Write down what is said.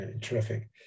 terrific